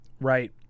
Right